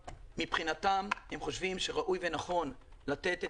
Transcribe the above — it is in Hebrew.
מבחינתם הם חושבים שראוי ונכון לתת את